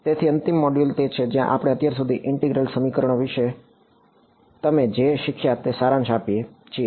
તેથી અંતિમ મોડ્યુલ તે છે જ્યાં આપણે અત્યાર સુધી ઇન્ટેગ્રલ સમીકરણો વિશે તમે જે શીખ્યા તે સારાંશ આપીએ છીએ